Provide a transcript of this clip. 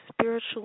Spiritual